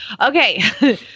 Okay